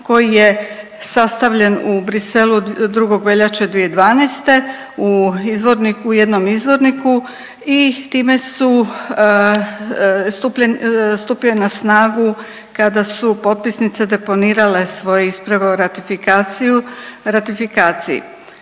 koji je sastavljen u Bruxellesu 2. veljače 2012. u izvorniku u jednom izvorniku i time su stupa na snagu kada su potpisnice deponirale svoje isprave o ratifikaciji.